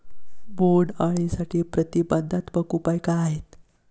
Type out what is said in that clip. बोंडअळीसाठी प्रतिबंधात्मक उपाय काय आहेत?